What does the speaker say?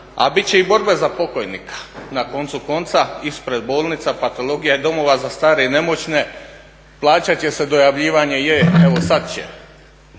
A bit će borbe i za pokojnika, na koncu konca ispred bolnica, patologija i domova za stare i nemoćne, plaćat će se dojavljivanje je evo sada će,